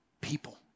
people